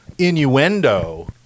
innuendo